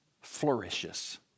flourishes